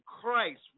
Christ